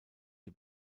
die